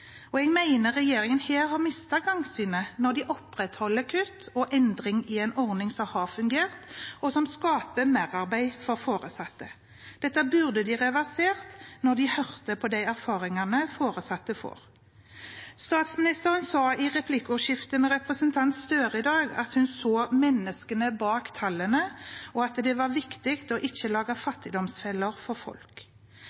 og jeg mener regjeringen her har mistet gangsynet når de opprettholder kutt og endring i en ordning som har fungert. Dette skaper merarbeid for foresatte. Dette burde regjeringen reversert når de hører på de erfaringene foresatte gjør seg. Statsministeren sa i replikkordskiftet med representanten Gahr Støre i dag at hun så menneskene bak tallene, og at det var viktig å ikke lage